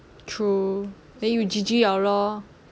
true then you G_G liao lor